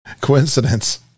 Coincidence